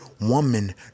woman